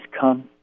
come